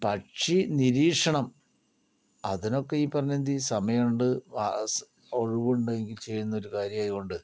പക്ഷി നിരീക്ഷണം അതിനൊക്കെ ഈ പറയുന്ന സമയമുണ്ട് ഒഴിവുണ്ടെങ്കിൽ ചെയ്യുന്ന കാര്യമായതുകൊണ്ട്